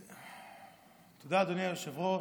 תודה, אדוני היושב-ראש.